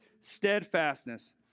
steadfastness